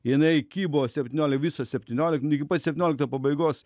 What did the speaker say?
jinai kybo setyniolik visą septyniolik nu iki pat septyniolikto pabaigos